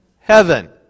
heaven